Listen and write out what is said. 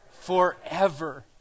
Forever